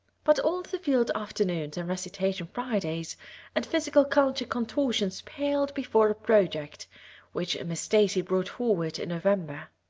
but all the field afternoons and recitation fridays and physical culture contortions paled before a project which miss stacy brought forward in november.